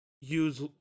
use